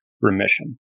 remission